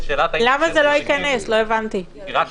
לא הבנתי למה זה לא ייכנס.